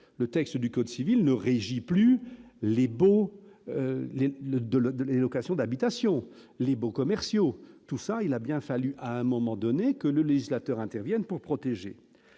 le texte du code civil ne réagit plus les beaux le de l'autre de la location d'habitations, les baux commerciaux, tout ça, il a bien fallu à un moment donné que le législateur intervienne pour protéger